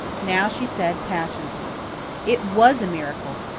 now she said passionately it was a miracle.